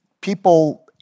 People